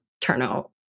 turnout